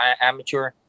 amateur